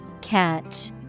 Catch